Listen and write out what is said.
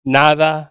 nada